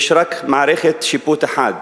יש רק מערכת שיפוט אחת.